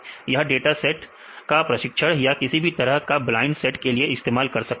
यह data set का प्रशिक्षण या किसी भी तरह का ब्लाइंड डाटा सेट के लिए इस्तेमाल कर सकते हैं